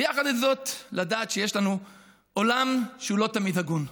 ויחד עם זאת לדעת שיש לנו עולם שהוא לא תמיד הגון.